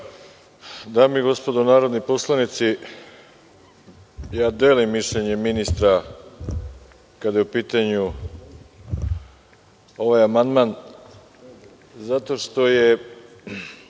Dame i gospodo narodni poslanici, delim mišljenje ministra kada je u pitanju ovaj amandman, zato što nije